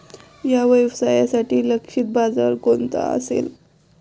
या व्यवसायासाठी लक्षित बाजार कोणता असेल?